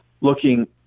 looking